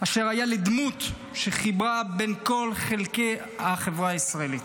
אשר היה לדמות שחיברה בין כל חלקי החברה הישראלית.